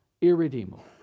irredeemable